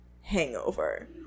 hangover